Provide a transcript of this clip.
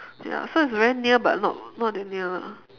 ya so it is very near but not not that near lah